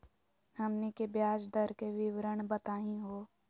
हमनी के ब्याज दर के विवरण बताही हो?